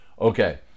okay